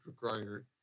require